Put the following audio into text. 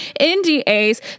NDAs